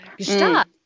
stop